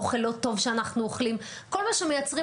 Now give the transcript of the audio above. אוכל לא טוב שאנחנו אוכלים כל מה שמייצרים